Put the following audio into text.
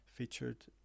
Featured